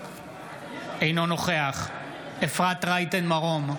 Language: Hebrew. אינו נוכח אפרת רייטן מרום,